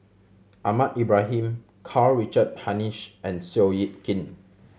Ahmad Ibrahim Karl Richard Hanitsch and Seow Yit Kin